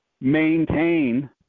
maintain